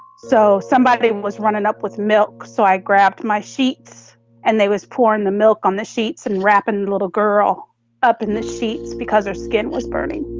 so somebody was running up with milk. so i grabbed my sheets and they was pouring the milk on the sheets and wrapping a little girl up in the sheets because her skin was burning